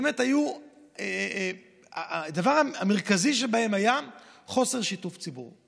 באמת הדבר המרכזי שבהן היה חוסר שיתוף ציבור.